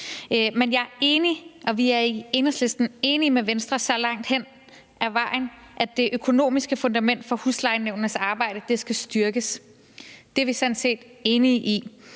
Men jeg er enig, og vi er i Enhedslisten enige med Venstre så langt hen ad vejen, at det økonomiske fundament for huslejenævnenes arbejde skal styrkes. Det er vi sådan set enige i